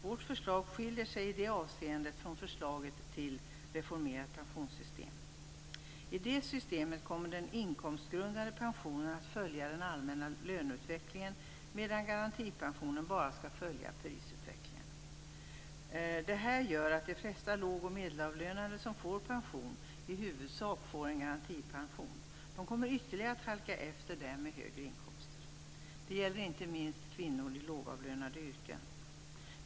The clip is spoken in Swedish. Vårt förslag skiljer sig i det avseendet fån förslaget till reformerat pensionssystem. I det systemet kommer den inkomstgrundade pensionen att följa den allmänna löneutvecklingen, medan garantipensionen bara skall följa prisutvecklingen. Detta gör att de flesta låg och medelavlönade som får pension i huvudsak får en garantipension. De kommer att halka efter dem med högre inkomster ytterligare. Det gäller inte minst kvinnor med lågavlönade yrken.